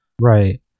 Right